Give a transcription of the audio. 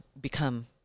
become